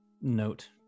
note